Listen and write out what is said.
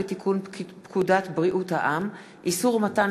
הצעת חוק לתיקון פקודת בריאות העם (איסור מתן